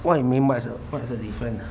what you mean by what is the difference